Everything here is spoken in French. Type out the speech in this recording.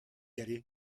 allez